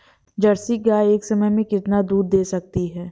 Jersey गाय एक समय में कितना दूध दे सकती है?